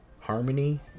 Harmony